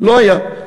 לא היה.